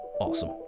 awesome